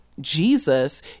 Jesus